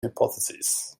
hypotheses